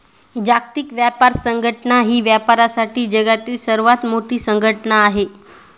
जागतिक व्यापार संघटना ही व्यापारासाठी जगातील सर्वात मोठी संघटना आहे